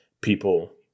people